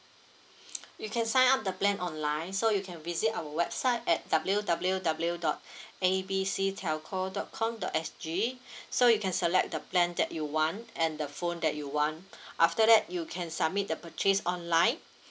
you can sign up the plan online so you can visit our website at W_W_W dot A B C telco dot com dot S_G so you can select the plan that you want and the phone that you want after that you can submit the purchase online